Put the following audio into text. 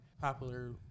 popular